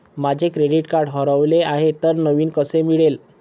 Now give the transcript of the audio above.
माझे credit card हरवले आहे तर नवीन कसे मिळेल?